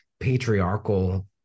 Patriarchal